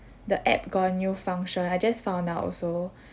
the app got a new function I just found out also